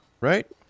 right